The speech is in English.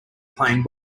playing